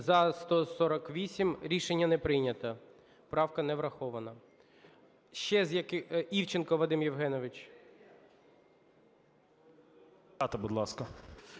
За-148 Рішення не прийнято. Правка не врахована.